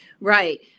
Right